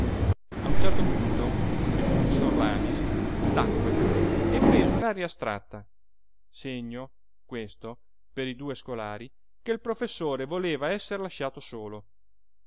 a un certo punto il professor lamis tacque e prese un'aria astratta segno questo per i due scolari che il professore voleva esser lasciato solo